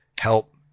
help